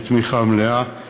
בתמיכה מלאה,